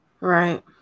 Right